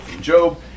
Job